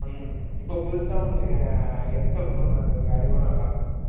ம் இப்போ புதுசாக ஒன்று எஸ்எப்ன்னு ஒன்று வந்திருக்கு அது கூட நல்லா தான் இருக்கும்